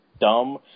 dumb